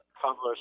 published